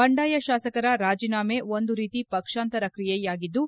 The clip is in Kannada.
ಬಂಡಾಯ ಶಾಸಕರ ರಾಜೀನಾಮೆ ಒಂದು ರೀತಿ ಪಕ್ಷಾಂತರ ಕ್ರಿಯೆಯಾಗಿದ್ದು